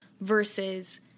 versus